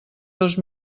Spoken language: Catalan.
dos